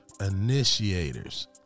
initiators